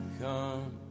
come